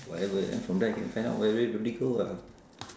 whatever from there I can find out where everybody go ah